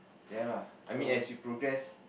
ya lah I mean as you progress